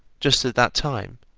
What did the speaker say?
just at that time,